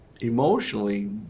emotionally